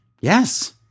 Yes